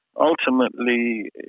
Ultimately